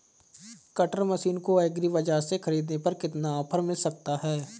Cutter machine को agri बाजार से ख़रीदने पर कितना ऑफर मिल सकता है?